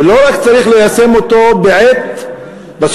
ולא צריך ליישם אותו רק בסוף,